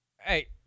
Hey